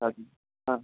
सभी हाँ